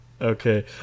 Okay